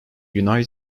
united